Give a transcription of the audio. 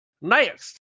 Next